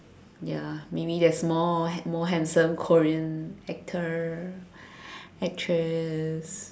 ya maybe there's more more handsome Korean actor actress